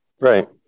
Right